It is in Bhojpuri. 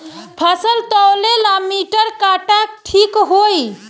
फसल तौले ला मिटर काटा ठिक होही?